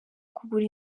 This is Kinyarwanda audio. kugura